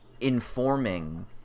informing